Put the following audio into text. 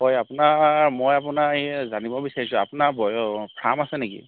হয় আপোনাৰ মই আপোনাৰ এই জানিব বিচাৰিছোঁ আপোনাৰ ফাৰ্ম আছে নেকি